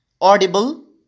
audible